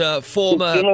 former